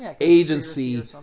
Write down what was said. agency